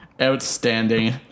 outstanding